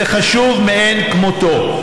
זה חשוב מאין כמותו.